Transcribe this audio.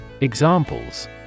Examples